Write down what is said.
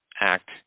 act